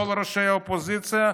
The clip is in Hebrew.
כל ראשי האופוזיציה,